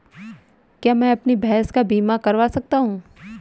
क्या मैं अपनी भैंस का बीमा करवा सकता हूँ?